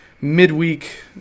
midweek